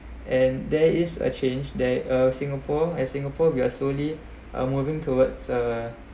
and there is a change there uh singapore and singapore we are slowly are moving towards uh